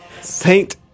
Saint